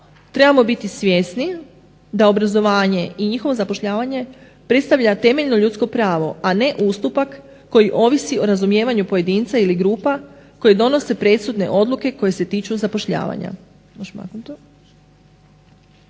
Trebamo biti svjesni da obrazovanje i njihovo zapošljavanje predstavlja temeljno ljudsko pravo, a ne ustupak koji ovisi o razumijevanju pojedinca ili grupa koji donose presudne odluke koje se tiču zapošljavanja.